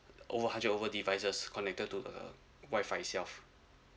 over hundred over devices connected to the Wi-Fi itself